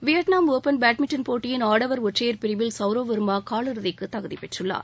Vietnam Open badminton போட்டியின் ஆடவர் ஒற்றையர் பிரிவில் சவுரவ் வர்மா காலிறுதிக்கு தகுதிப்பெற்றுள்ளார்